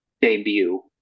debut